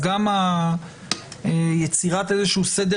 גם יצירת סדר